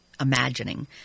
imagining